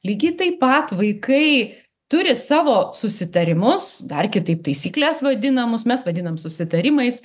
lygiai taip pat vaikai turi savo susitarimus dar kitaip taisykles vadinamus mes vadinam susitarimais